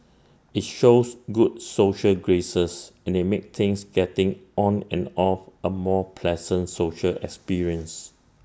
IT shows good social graces and IT makes things getting on and off A more pleasant social experience